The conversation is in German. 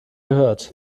gehört